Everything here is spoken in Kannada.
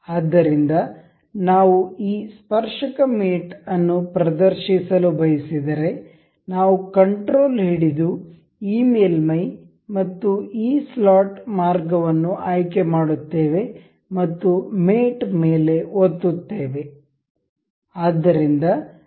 ಆದ್ದರಿಂದ ನಾವು ಈ ಸ್ಪರ್ಶಕ ಮೇಟ್ ಅನ್ನು ಪ್ರದರ್ಶಿಸಲು ಬಯಸಿದರೆ ನಾವು ಕಂಟ್ರೋಲ್ ಹಿಡಿದು ಈ ಮೇಲ್ಮೈ ಮತ್ತು ಈ ಸ್ಲಾಟ್ ಮಾರ್ಗವನ್ನು ಆಯ್ಕೆ ಮಾಡುತ್ತೇವೆ ಮತ್ತು ಮೇಟ್ ಮೇಲೆ ಒತ್ತುತ್ತೇವೆ